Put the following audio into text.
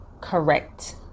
correct